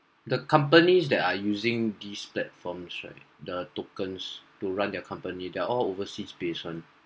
the companies that are using these platforms right the tokens to run their company they are all overseas based [one]